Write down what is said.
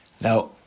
Now